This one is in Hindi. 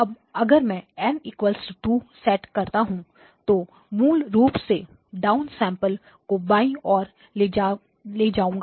अब अगर मैं N 2 सेट करता हूं तो मूल रूप से डाउन सैम्पलर को बाईं ओर ले जाएं